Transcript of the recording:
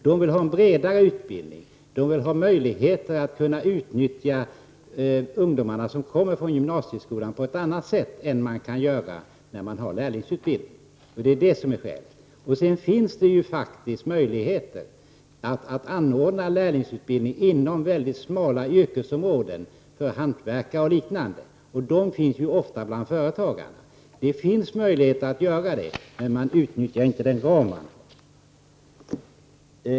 De vill ha en bredare utbildning, de vill ha möjligheter att utnyttja ungdomarna som kommer från gymnasieskolan på ett annat sätt än vad man kan göra i samband med en lärlingsutbildning. Det är det som är skälet. Det finns ju faktiskt möjligheter att anordna lärlingsutbildning inom väldigt smala yrkesområden, för hantverkare och liknande, och dessa finns ju ofta bland företagarna. Det finns möjligheter till detta, men man utnyttjar inte den ramen.